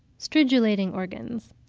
stridulating organs.